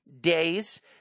days –